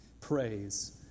Praise